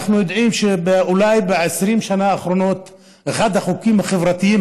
אנחנו יודעים שאולי ב-20 שנה האחרונות אחד החוקים החברתיים